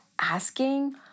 asking